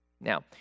Now